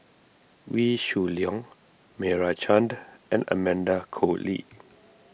Wee Shoo Leong Meira Chand and Amanda Koe Lee